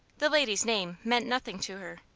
the lady's name meant nothing to her.